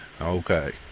Okay